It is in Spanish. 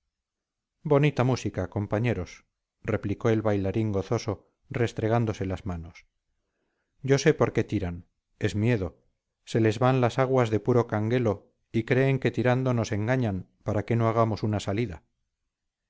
bonita música compañeros replicó el bailarín gozoso restregándose las manos yo sé por qué tiran es miedo se les van las aguas de puro canguelo y creen que tirando nos engañan para que no hagamos una salida